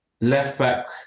Left-back